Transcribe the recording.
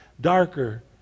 darker